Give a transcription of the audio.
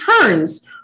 turns